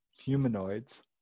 humanoids